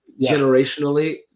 generationally